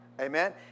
Amen